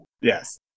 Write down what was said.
Yes